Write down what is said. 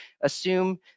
assume